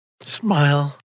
smile